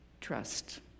trust